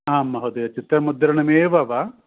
आं महोदय चित्रमुद्रणमेव वा